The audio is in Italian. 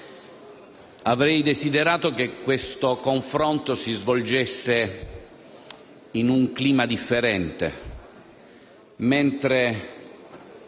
avrei desiderato che questo confronto si svolgesse in un clima differente, mentre